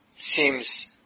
seems